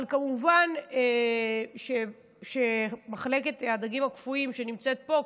אבל כמובן שמחלקת הדגים הקפואים שנמצאת פה,